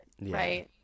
right